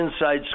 Inside